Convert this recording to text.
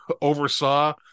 oversaw